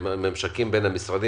המשרדים.